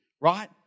Right